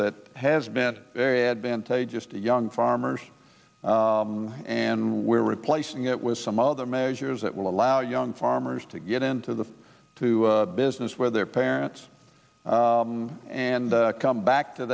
that has been very advantageous to young farmers and we're replacing it with some other measures that will allow young farmers to get into the two business where their parents and come back to